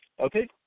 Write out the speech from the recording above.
Okay